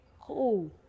cool